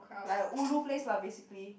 like ulu place lah basically